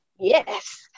Yes